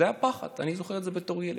זה פחד, אני זוכר את זה בתור ילד.